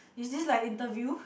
is this like interview